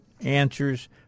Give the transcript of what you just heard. answers